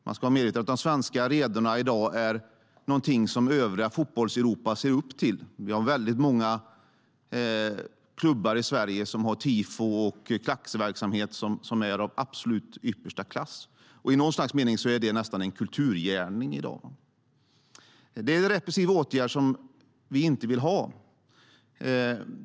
Man ska vara medveten om att de svenska arenorna i dag är någonting som övriga Fotbollseuropa ser upp till. Vi har många klubbar i Sverige som har klackverksamhet som är av absolut yppersta klass. I något slags mening är det nästan en kulturgärning i dag. Det är en repressiv åtgärd som vi inte vill ha.